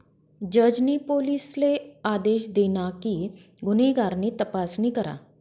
जज नी पोलिसले आदेश दिना कि गुन्हेगार नी तपासणी करा